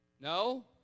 No